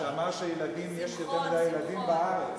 שאמר שיש יותר מדי ילדים בארץ.